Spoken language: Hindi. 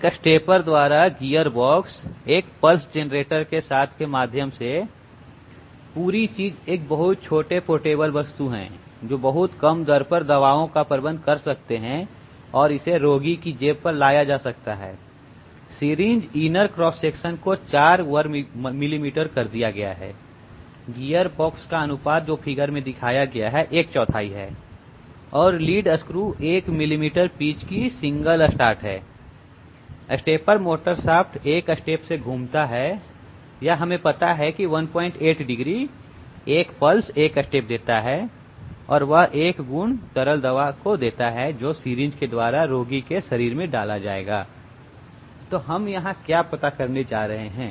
एक स्टेपर द्वारा गियर बॉक्स एक पल्स जनरेटर के साथ के माध्यम से पूरी चीज एक बहुत छोटी पोर्टेबल वस्तु है जो बहुत कम दर पर दवाओं का प्रबंधन कर सकती है और इसे रोगी की जेब पर ले जाया जा सकता है सिरिंज इनर क्रॉस सेक्शन को 4 वर्ग मिलीमीटर का दिया गया है गियर बॉक्स अनुपात जो चित्र में दिखाया गया है एक चौथाई है और लीड स्क्रु 1 मिलीमीटर पीच की सिंगल स्टार्ट है स्टेपर मोटर शाफ्ट एक स्टेप से घूमता है यह हमें पता है 18 डिग्री 1 पल्स 1 स्टेप देता है और वह 1 गुण तरल दवा का देता है जो सिरिंज के द्वारा रोगी के शरीर में डाला जाता है तो हम यहां क्या पता करने जा रहे हैं